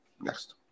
Next